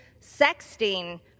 sexting